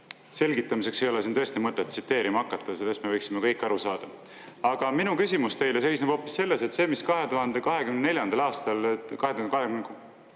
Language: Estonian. selgitamiseks ei ole siin tõesti mõtet tsiteerima hakata, sellest me võiksime kõik aru saada. Aga minu küsimus teile seisneb hoopis selles, et see, mis 2024. aastal,